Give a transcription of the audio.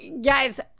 guys